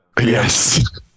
Yes